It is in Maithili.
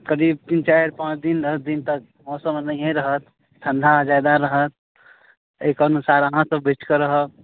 करीब तीन चारि पाँच दिन दस दिन तक मौसम एनाहिए रहत ठण्डा मे जादा रहत ताहि के अनुसार अहाँ सभ बैच कऽ रहब